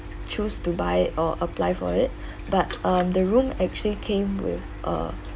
choose to buy it or apply for it but um the room actually came with a